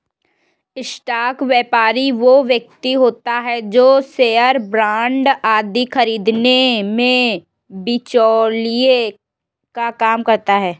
stock व्यापारी वो व्यक्ति होता है जो शेयर बांड आदि खरीदने में बिचौलिए का काम करता है